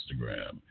Instagram